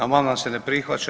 Amandman se ne prihvaća.